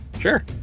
Sure